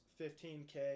15K